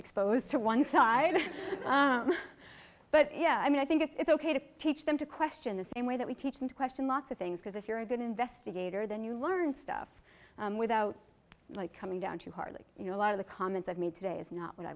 expose to one side but yeah i mean i think it's ok to teach them to question the same way that we teach them to question lots of things because if you're a good investigator then you learn stuff without like coming down too hard like you know a lot of the comments i've made today is not what i